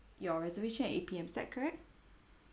your reservation at eight P_M is that correct